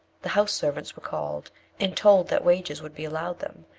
the house servants were called and told that wages would be allowed them,